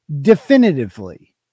definitively